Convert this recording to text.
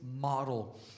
model